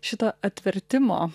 šitą atvertimo